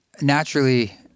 naturally